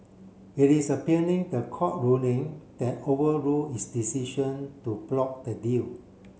it is appealing the court ruling that overrule its decision to block the deal